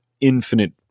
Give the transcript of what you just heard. infinite